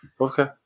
Okay